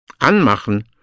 Anmachen